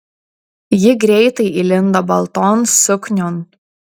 ji greitai įlindo balton suknion